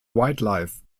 wildlife